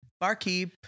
Barkeep